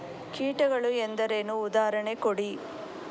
ಕೀಟಗಳು ಎಂದರೇನು? ಉದಾಹರಣೆ ಕೊಡಿ?